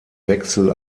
wechsel